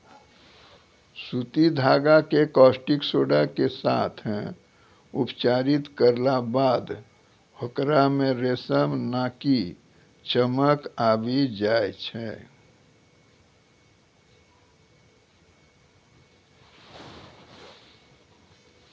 सूती धागा कॅ कास्टिक सोडा के साथॅ उपचारित करला बाद होकरा मॅ रेशम नाकी चमक आबी जाय छै